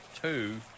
Two